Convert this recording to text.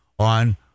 On